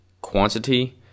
quantity